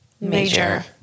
Major